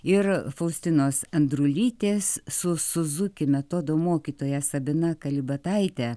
ir faustinos andrulytės su suzuki metodo mokytoja sabina kalibataite